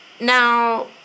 now